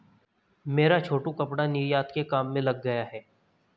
मेरा छोटू कपड़ा निर्यात के काम में लग गया है